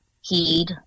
heed